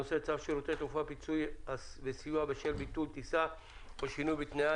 הנושא: צו שירותי תעופה (פיצוי וסיוע בשל ביטול טיסה או שינוי בתנאיה)